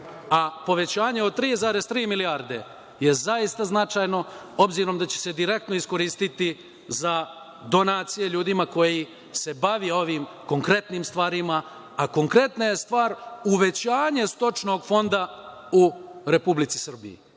a povećanje od 3,3 milijarde je zaista značajno, obzirom da će se direktno iskoristiti za donacije ljudima koji se bave ovim konkretnim stvarima, a konkretna je stvar uvećanje stočnog fonda u Republici Srbiji.